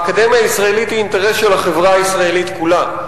האקדמיה הישראלית היא אינטרס של החברה הישראלית כולה,